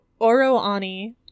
Oroani